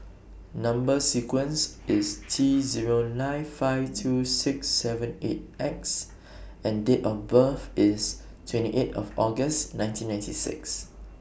Number sequence IS T Zero nine five two six seven eight X and Date of birth IS twenty eight of August nineteen ninety six